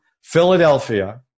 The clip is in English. Philadelphia